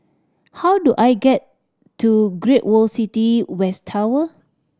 how do I get to Great World City West Tower